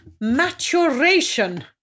maturation